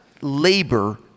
labor